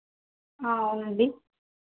అవునండి